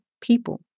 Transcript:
people